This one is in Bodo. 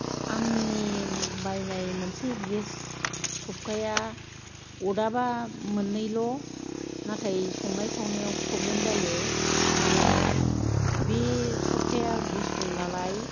आंनि बायनाय मोनसे गेस सौखाया अरदाबा मोननैल' नाथाय संनाय खावनायाव प्रब्लेम जायो मानोना बे सौखाया गुसुं नालाय